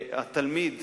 התלמיד